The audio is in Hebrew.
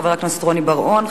חבר הכנסת רוני בר-און,